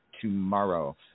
tomorrow